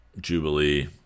Jubilee